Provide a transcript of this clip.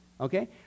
Okay